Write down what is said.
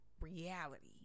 reality